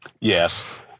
Yes